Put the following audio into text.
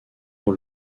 pour